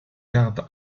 garde